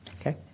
Okay